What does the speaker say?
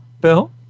Bill